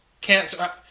Cancer